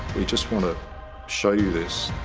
we just want to show you this